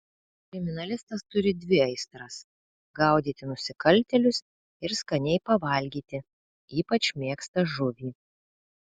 kriminalistas turi dvi aistras gaudyti nusikaltėlius ir skaniai pavalgyti ypač mėgsta žuvį